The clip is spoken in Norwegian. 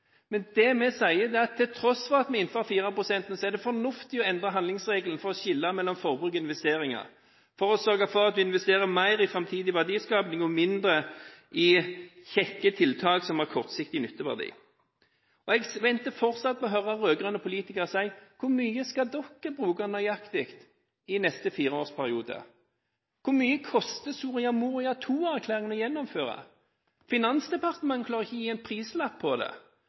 Men det vi sier, er at til tross for at vi er innenfor 4 pst., er det fornuftig å endre handlingsregelen for å skille mellom forbruk og investeringer, og for å sørge for at vi investerer mer i framtidig verdiskaping og mindre i kjekke tiltak som har kortsiktig nytteverdi. Jeg venter fortsatt på å høre rød-grønne politikere si: Nøyaktig hvor mye skal dere bruke i neste fireårsperiode? Da spør jeg: Hvor mye koster Soria Moria II-erklæringen å gjennomføre? Finansdepartementet klarer ikke å gi en prislapp på det.